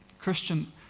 Christian